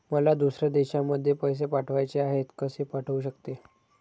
मला दुसऱ्या देशामध्ये पैसे पाठवायचे आहेत कसे पाठवू शकते?